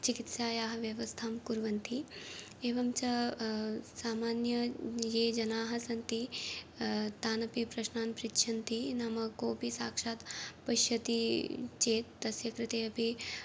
चिकित्सायाः व्यवस्थां कुर्वन्ति एवं च सामान्याः ये जनाः सन्ति तानपि प्रश्नान् पृच्छन्ति नाम कोऽपि साक्षात् पश्यति चेत् तस्य कृते अपि